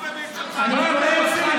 פם פם פם.